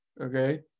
okay